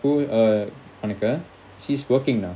who uh monica she's working now